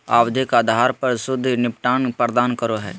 आवधिक आधार पर शुद्ध निपटान प्रदान करो हइ